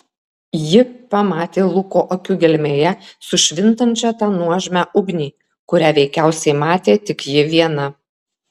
ji pamatė luko akių gelmėje sušvintančią tą nuožmią ugnį kurią veikiausiai matė tik ji viena